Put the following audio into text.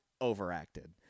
overacted